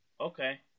Okay